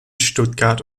stuttgart